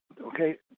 okay